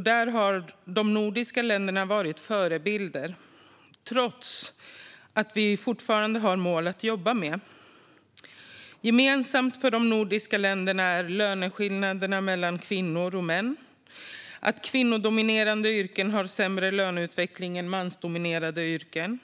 Där har de nordiska länderna varit förebilder, även om vi fortfarande har mål att jobba mot. Gemensamt för de nordiska länderna är löneskillnaderna mellan kvinnor och män, att kvinnodominerade yrken har sämre löneutveckling än mansdominerade samt